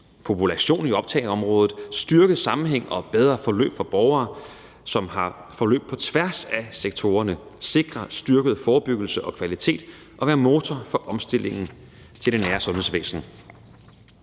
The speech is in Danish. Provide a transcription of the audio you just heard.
population i optageområdet, at styrke sammenhængen og skabe et bedre forløb for borgere, som har forløb på tværs af sektorerne, at sikre en styrket forebyggelse og kvalitet og at være motor for omstillingen til det nære sundhedsvæsen.